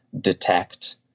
detect